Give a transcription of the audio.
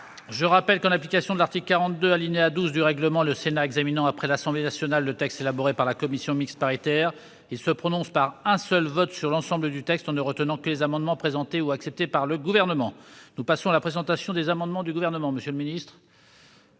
Je rappelle que, en application de l'article 42, alinéa 12, du règlement, le Sénat examinant après l'Assemblée nationale le texte élaboré par la commission mixte paritaire, il se prononce par un seul vote sur l'ensemble du texte en ne retenant que les amendements présentés ou acceptés par le Gouvernement. Je donne lecture du texte élaboré par la commission